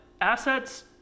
Assets